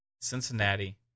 Cincinnati